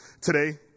today